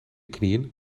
knieën